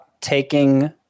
taking